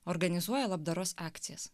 organizuoja labdaros akcijas